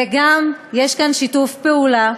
וגם יש כאן שיתוף פעולה